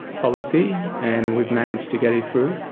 policy and we've managed to get it through.